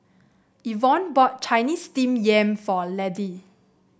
Yvonne bought Chinese Steamed Yam for Laddie